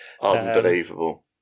unbelievable